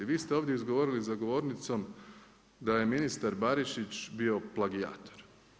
Vi ste ovdje izgovorili za govornicom da je ministar Barišić bio plagijator.